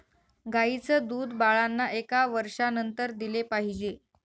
गाईचं दूध बाळांना एका वर्षानंतर दिले पाहिजे